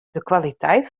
kwaliteit